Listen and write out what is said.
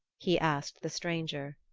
he asked the stranger.